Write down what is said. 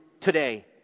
today